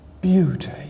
beauty